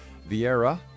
vieira